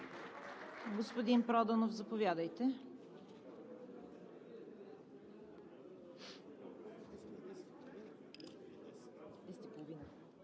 Господин Проданов, заповядайте.